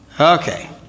Okay